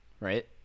right